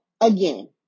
again